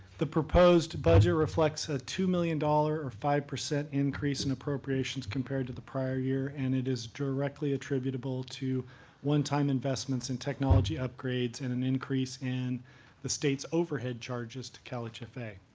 the proposed budget reflects a two million dollars or five percent increase in appropriations compared to the prior year. and it is directly attributable to one-time investments in technology upgrades and an increase in the state's overhead charges to calhfa.